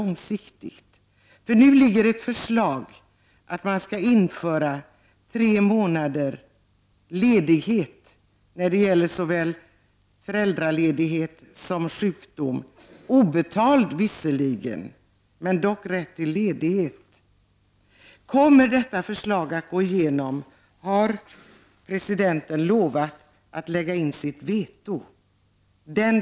Nu föreligger nämligen ett förslag om att införa rätt till tre månaders föräldraledighet och tre månaders ledighet för sjukdom, en tid vilken ingen lön utgår. Om det förslaget går igenom har presidenten lovat att lägga in sitt veto.